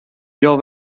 your